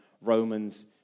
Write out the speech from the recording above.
Romans